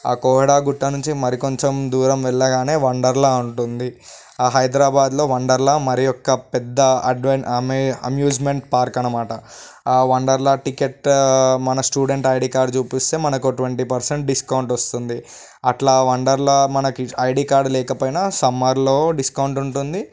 ఆ కోహెడ గుట్ట నుంచి మరి కొంచెం దూరం వెళ్ళగానే వండర్లా ఉంటుంది ఆ హైదరాబాద్లో వండర్లా మరియొక పెద్ద అడ్వా అమ్యు అమ్యుస్మెంట్ పార్క్ అనమాట ఆ వండర్లా టికెట్ మన స్టూడెంట్ ఐడీ కార్డు చూపిస్తే మనకు ట్వంటీ పర్సెంట్ డిస్కౌంట్ వస్తుంది అట్లా వండర్లా మనకు ఐడి కార్డు లేకపోయినా సమ్మర్లో డిస్కౌంట్ ఉంటుంది